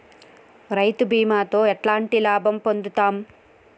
రైతు బీమాతో ఎట్లాంటి లాభం పొందుతం?